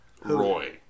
Roy